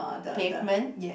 pavement